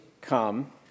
come